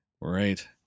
Right